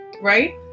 Right